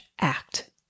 act